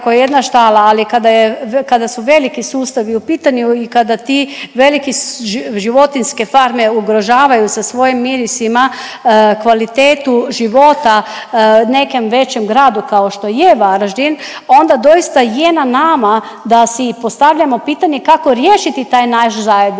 je, kada su veliki sustavi u pitanju i kada ti veliki, životinjske farme ugrožavaju sa svojim mirisima kvalitetu života nekem većem gradu kao što je Varaždin, onda doista je na nama da si i postavljamo pitanje kako riješiti taj naš zajednički